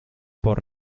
por